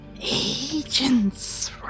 Agents